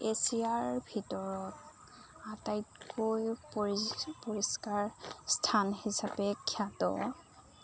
এছিয়াৰ ভিতৰত আটাইতকৈ পৰিষ্কাৰ স্থান হিচাপে খ্যাত